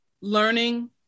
learning